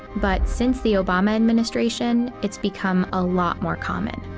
but since the obama administration, it's become a lot more common.